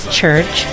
Church